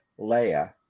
Leia